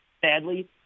sadly